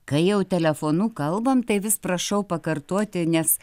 kai jau telefonu kalbam tai vis prašau pakartoti nes